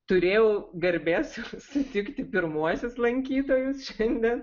turėjau garbės sutikti pirmuosius lankytojus šiandien